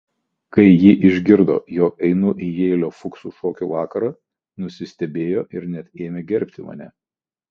kai ji išgirdo jog einu į jeilio fuksų šokių vakarą nusistebėjo ir net ėmė gerbti mane